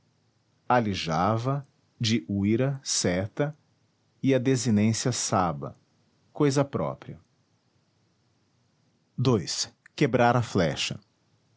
aljava de uira seta e a desinência çaba coisa própria ii quebrar a flecha